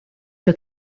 que